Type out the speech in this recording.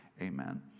amen